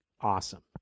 awesome